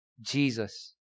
Jesus